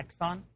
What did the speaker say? Exxon